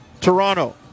toronto